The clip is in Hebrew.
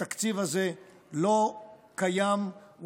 התקציב הזה לא קיים.